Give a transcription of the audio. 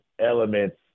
elements